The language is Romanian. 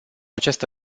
această